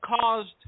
caused